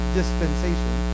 dispensation